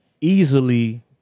easily